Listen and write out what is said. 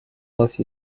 нас